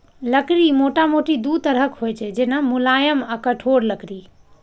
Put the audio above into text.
लकड़ी मोटामोटी दू तरहक होइ छै, जेना, मुलायम आ कठोर लकड़ी